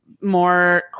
more